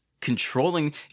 controlling –